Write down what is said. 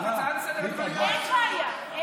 הצעה לסדר-היום, אין בעיה.